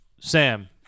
Sam